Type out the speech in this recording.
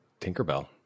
Tinkerbell